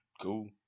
cool